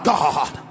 God